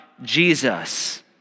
Jesus